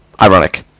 ironic